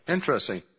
Interesting